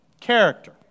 Character